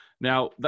Now